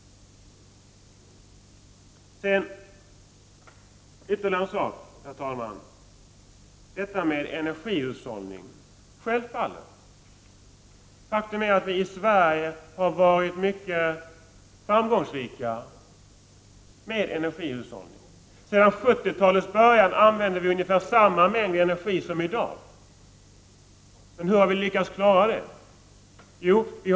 Herr talman! Ytterligare en sak, energihushållningen. Faktum är att vi i Sverige har varit mycket framgångsrika när det gäller energihushållning. Sedan 1970-talets början använder vi ungefär samma mängd energi som i dag. Men hur har vi lyckats klara det hela?